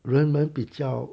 人们比较